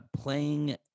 playing